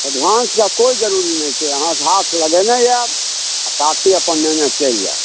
एडवान्सके कोइ जरुरी नहि छै अहाँ आओर साथे अपन लेने चलि जायब